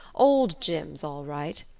old jim's all right.